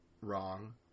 wrong